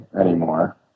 anymore